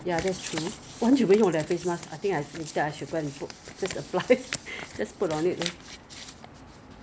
eh 很好 liao you know in Korea there are ten steps okay ten steps we all are lazy we only got a few steps